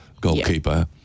goalkeeper